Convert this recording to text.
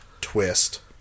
twist